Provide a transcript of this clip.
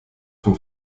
von